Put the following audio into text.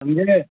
سمجھے نہیں